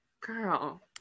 girl